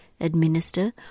administer